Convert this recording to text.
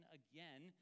again